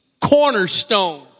cornerstone